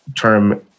term